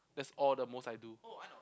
that's all the most I do